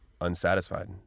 unsatisfied